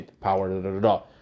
power